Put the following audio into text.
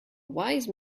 wise